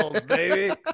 baby